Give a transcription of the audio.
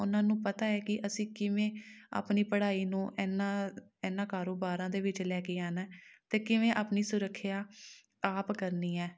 ਉਹਨਾਂ ਨੂੰ ਪਤਾ ਹੈ ਕਿ ਅਸੀਂ ਕਿਵੇਂ ਆਪਣੀ ਪੜ੍ਹਾਈ ਨੂੰ ਇਹਨਾਂ ਇਹਨਾਂ ਕਾਰੋਬਾਰਾਂ ਦੇ ਵਿੱਚ ਲੈ ਕੇ ਆਉਣਾ ਅਤੇ ਕਿਵੇਂ ਆਪਣੀ ਸੁਰੱਖਿਆ ਆਪ ਕਰਨੀ ਹੈ